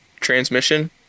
transmission